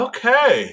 Okay